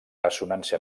ressonància